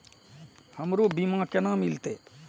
हमरो बीमा केना मिलते?